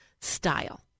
style